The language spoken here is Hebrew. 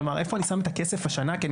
כלומר איפה אני שם את הכסף השנה כי אני